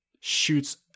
shoots